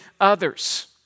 others